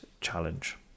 challenge